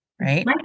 right